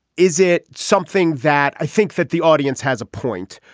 is it something that i think that the audience has a point.